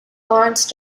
lawrence